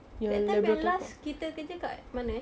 that time yang last kita kerja kat mana eh